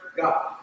God